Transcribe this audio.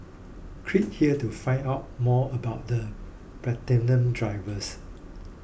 click here to find out more about the Platinum drivers